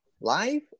Live